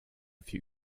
few